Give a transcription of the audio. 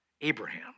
Abraham